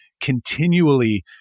continually